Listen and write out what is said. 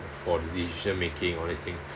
for the decision making all these thing